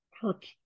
hurt